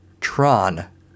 Tron